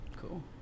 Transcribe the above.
Cool